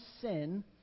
sin